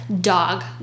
dog